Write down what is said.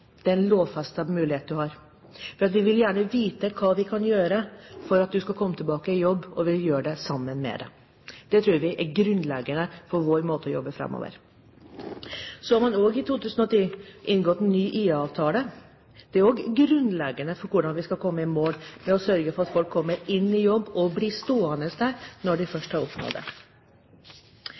det er en lovfestet mulighet du har – for vi vil gjerne vite hva vi kan gjøre for at du skal komme tilbake i jobb, og vi vil gjøre det sammen med deg. Det tror vi er grunnleggende for vår måte å jobbe på framover. Så har man også i 2010 inngått en ny IA-avtale. Det er også grunnleggende for hvordan vi skal komme i mål, ved å sørge for at folk kommer ut i jobb og blir stående der når de først har oppnådd det.